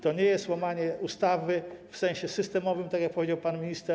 To nie jest łamanie ustawy w sensie systemowym, tak jak powiedział pan minister.